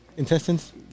Intestines